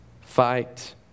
fight